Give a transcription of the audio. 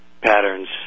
patterns